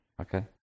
okay